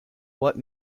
what